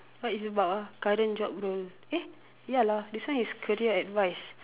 what it's about ah current job role eh ya lah this one is career advice